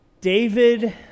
David